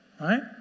right